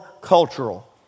cultural